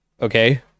okay